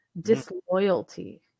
disloyalty